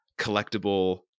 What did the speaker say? collectible